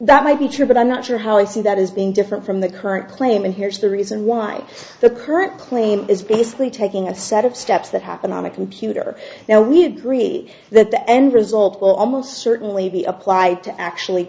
that might be true but i'm not sure how i see that as being different from the current claim and here's the reason why the current claim is basically taking a set of steps that happen on a computer now we agree that the end result will almost certainly be applied to actually